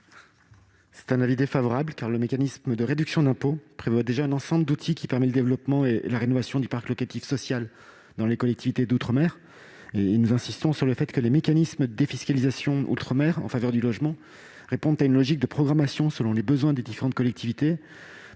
est défavorable, car le mécanisme de réduction d'impôt prévoit déjà un ensemble d'outils qui permet le développement et la rénovation du parc locatif social dans les collectivités d'outre-mer. Nous insistons sur le fait que les mécanismes de défiscalisation outre-mer en faveur du logement répondent à une logique de programmation selon les besoins des différentes collectivités,